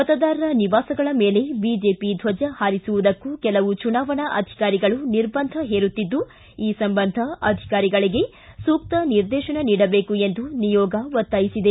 ಮತದಾರರ ನಿವಾಸಗಳ ಮೇಲೆ ಬಿಜೆಪಿ ಧ್ವಜ ಹಾರಿಸುವುದಕ್ಕೂ ಕೆಲವು ಚುನಾವಣಾ ಅಧಿಕಾರಿಗಳು ನಿರ್ಬಂಧ ಹೇರುತ್ತಿದ್ಲು ಈ ಸಂಬಂಧ ಅಧಿಕಾರಿಗಳಿಗೆ ಸೂಕ್ತ ನಿರ್ದೇಶನ ನೀಡಬೇಕು ಎಂದು ನಿಯೋಗ ಒತ್ತಾಯಿಸಿದೆ